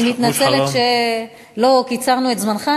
אני מתנצלת שלא קיצרנו את זמנך.